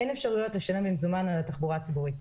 אין אפשרויות לשלם במזומן על התחבורה הציבורית.